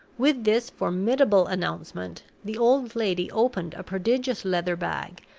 with this formidable announcement, the old lady opened a prodigious leather bag,